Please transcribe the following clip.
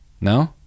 No